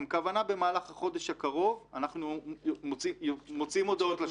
הכוונה היא להוציא במהלך החודש הקרוב הודעות לשטח.